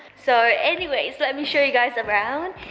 so anyways, let me show you guys around.